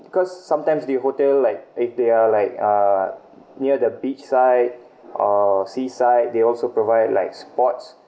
because sometimes the hotel like if they are like uh near the beach side or seaside they also provide like sports